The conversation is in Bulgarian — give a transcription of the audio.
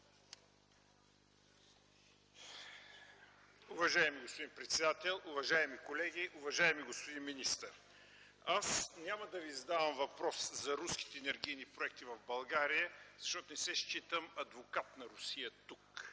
Уважаеми господин председател, уважаеми колеги, уважаеми господин министър! Аз няма да Ви задавам въпрос за руските енергийни проекти в България, защото не се считам за адвокат на Русия тук.